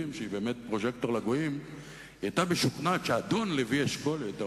המ"מים, והוא היחיד מכל חברי הליכוד